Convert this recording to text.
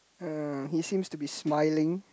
uh he seems to be smiling